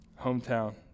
hometown